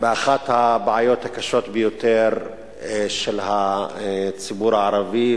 אני בא מישיבה שדנה באחת הבעיות הקשות ביותר של הציבור הערבי,